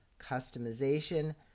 customization